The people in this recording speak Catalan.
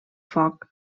foc